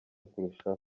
kurushaho